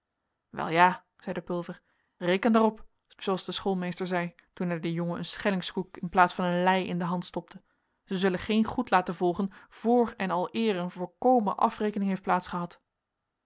wel ja zeide pulver reken daarop zooals de schoolmeester zei toen hij den jongen een schellingskoek in plaats van een lei in de hand stopte zij zullen geen goed laten volgen voor en aleer er een volkomen afrekening heeft